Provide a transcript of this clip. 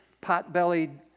pot-bellied